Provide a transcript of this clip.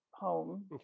home